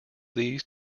these